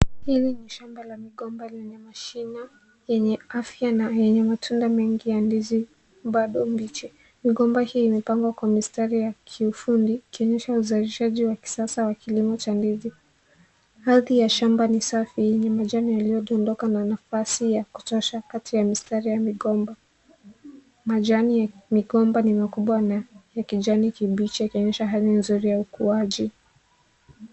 Hili ni shamba la migomba lenye mashina yenye afya na yenye matunda mengi ya ndizi bado mbichi. Migomba hiyo imepangwa kwa mistari ya kiufundi ikionyesha uzalishaji wa kisasa wa kilimo cha ndizi. Ardhi ya shamba ni safi yenye majani yaliyodondoka na nafasi ya kutosha kati ya mistari ya migomba. Majani ya migomba ni makubwa na ya kijani kibichi yakionyesha hali nzuri ya ukuaji.